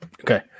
Okay